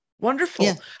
Wonderful